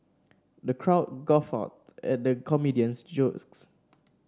the crowd guffawed at the comedian's